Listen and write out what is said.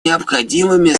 необходимыми